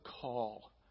call